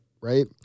right